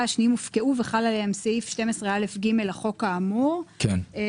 השניים הופקעו וחל עליה סעיף 12א(ג) לחוק האמור" יימחקו".